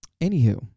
anywho